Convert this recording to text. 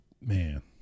man